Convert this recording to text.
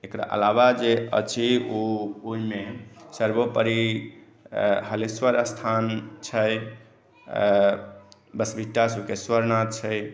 एकरा अलावा जे अछि ओ ओहिमे सर्वोपरी हलेश्वर स्थान छै बँसबिट्टा सुकेश्वर नाथ छै